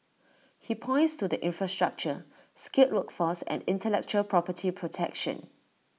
he points to the infrastructure skilled workforce and intellectual property protection